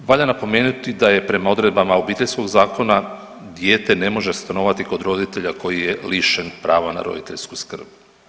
Valja napomenuti da prema odredbama Obiteljskog zakona dijete ne može stanovati kod roditelja koji je lišen prava na roditeljsku skrb.